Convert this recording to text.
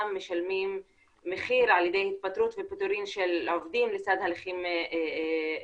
משלמים מחיר על ידי התפטרות ופיטורין של עובדים לצד הליכים משפטיים.